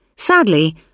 Sadly